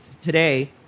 today